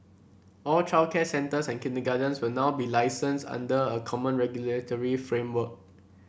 all childcare centres and kindergartens will now be licensed under a common regulatory framework